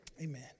Amen